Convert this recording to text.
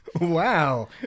wow